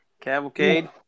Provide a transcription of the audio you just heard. Cavalcade